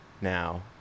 now